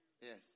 Yes